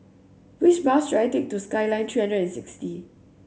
which bus should I take to Skyline sixty